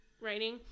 writing